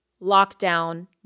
lockdown